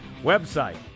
website